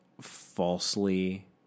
falsely